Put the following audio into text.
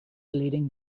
leading